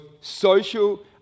social